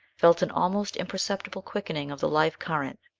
felt an almost imperceptible quickening of the life current.